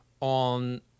on